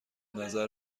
نظر